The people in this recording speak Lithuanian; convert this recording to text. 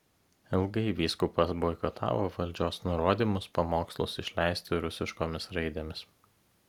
ilgai vyskupas boikotavo valdžios nurodymus pamokslus išleisti rusiškomis raidėmis